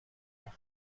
ماه